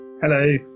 Hello